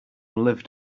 lived